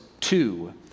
two